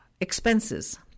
expenses